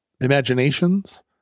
imaginations